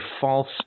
False